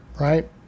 Right